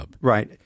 Right